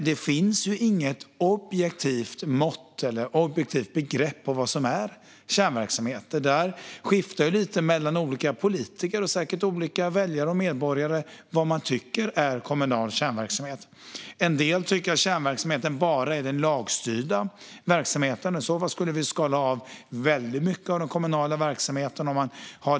Det finns inget objektivt mått på eller begrepp för vad som är kärnverksamhet. Vad man tycker är kommunal kärnverksamhet skiftar lite mellan olika politiker och säkert mellan olika väljare och medborgare. En del tycker att kärnverksamheten bara är den lagstyrda verksamheten. Om man gör den väldigt strikta tolkningen skulle vi skala av väldigt mycket av den kommunala verksamheten.